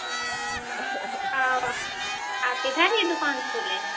آپ ادھر ہی دوکان کھولے ہیں